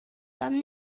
dann